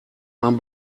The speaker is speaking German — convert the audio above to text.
man